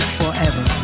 forever